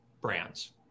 brands